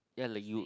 ya like you